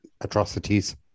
atrocities